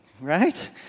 Right